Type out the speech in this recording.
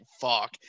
fuck